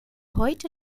heute